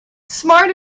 smart